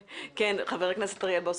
חבר הכנסת אוריאל בוסו,